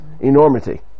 enormity